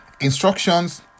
instructions